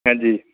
हंजी